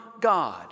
God